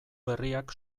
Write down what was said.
berriak